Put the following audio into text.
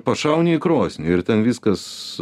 pašauni į krosnį ir ten viskas